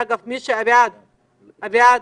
שאגב, אביעד